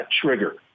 trigger